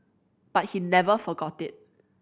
but he never forgot it